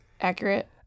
accurate